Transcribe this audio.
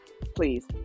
please